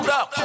up